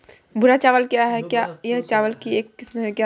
भूरा चावल क्या है? क्या यह चावल की एक किस्म है?